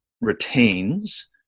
retains